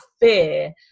fear